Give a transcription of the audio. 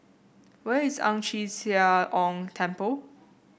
where is Ang Chee Sia Ong Temple